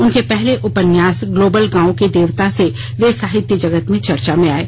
उनके पहले उपन्यास ग्लोबल गांव के देवता से वे साहित्य जगत में चर्चा में आये